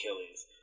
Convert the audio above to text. Achilles